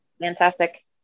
Fantastic